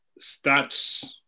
Stats